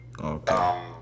Okay